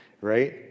right